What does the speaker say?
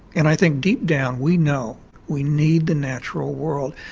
and i think deep down we know we need the natural world,